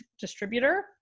distributor